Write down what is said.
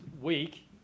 week